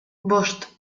bost